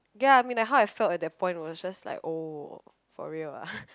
ya I mean like how I felt at that point was just like oh for real ah